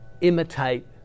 Imitate